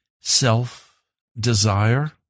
self-desire